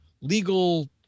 legal